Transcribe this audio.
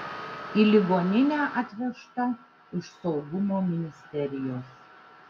į ligoninę atvežta iš saugumo ministerijos